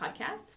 podcast